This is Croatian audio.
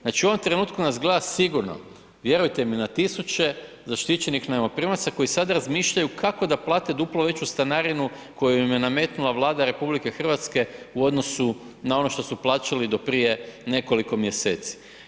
Znači u ovom trenutku nas gleda sigurno, vjerujte mi, na tisuće zaštićenih najmoprimaca koji sad razmišljaju kako da plate duplo veću stanarinu koju im je nametnula Vlada RH u odnosu na ono što su plaćali do prije nekoliko mjeseci.